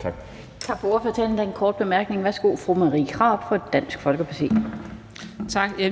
Tak.